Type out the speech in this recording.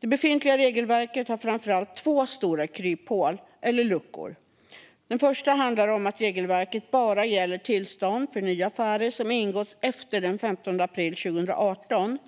Det befintliga regelverket har framför allt två stora kryphål eller luckor. Det första handlar om att regelverket bara gäller tillstånd för nya affärer som ingåtts efter den 15 april 2018.